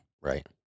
Right